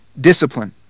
discipline